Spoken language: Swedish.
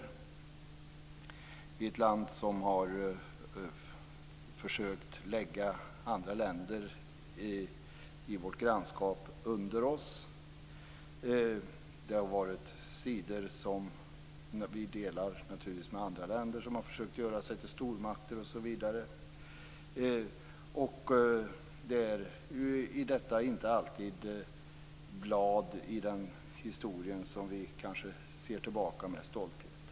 Det är ett land som har försökt lägga andra länder i vårt grannskap under sig. Det är sidor som vi delar med andra länder som har försökt att göra sig till stormakter. Det är inte alltid blad i historien som vi ser tillbaka med stolthet på.